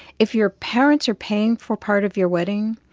if your parents are paying for part of your wedding,